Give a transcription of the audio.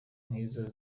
nk’izo